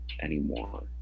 anymore